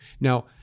now